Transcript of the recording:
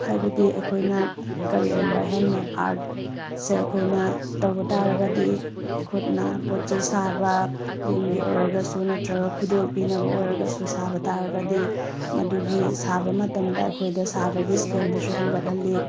ꯍꯥꯏꯕꯗꯤ ꯑꯩꯈꯣꯏꯅ ꯀꯔꯤꯒꯨꯝꯕ ꯍꯦꯟꯃꯦꯠ ꯑꯥꯔꯠ ꯁꯦ ꯑꯩꯈꯣꯏꯅ ꯇꯧꯕ ꯇꯥꯔꯒꯗꯤ ꯈꯨꯠꯅ ꯄꯣꯠ ꯆꯩ ꯁꯥꯕ ꯌꯨꯝꯒꯤ ꯑꯣꯏꯔꯒꯁꯨ ꯅꯠꯇ꯭ꯔꯒ ꯈꯨꯗꯣꯜ ꯄꯤꯅꯕ ꯑꯣꯏꯔꯒꯁꯨ ꯁꯥꯕ ꯇꯥꯔꯒꯗꯤ ꯃꯗꯨꯒꯤ ꯁꯥꯕ ꯃꯇꯝꯗ ꯑꯩꯈꯣꯏꯗ ꯁꯥꯕꯒꯤ ꯁ꯭ꯀꯤꯜꯗꯨꯁꯨ ꯍꯦꯟꯒꯠꯍꯜꯂꯤ